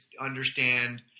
understand